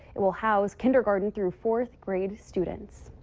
and will house kindergarten through fourth grade students.